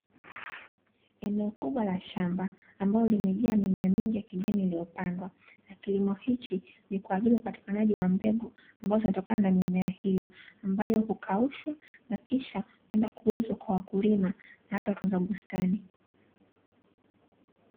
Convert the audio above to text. Eneo kubwa la shamba ambalo limejaa mimea mingi ya kijani, iliyopandwa na kilimo hichi ni kwa ajili ya upatikanaji wa mbegu ambazo zinatokana na mimea hiyo, ambayo hukaushwa na kwenda kuuzwa kwa wakulima na hata watunza bustani.